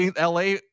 LA